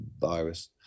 virus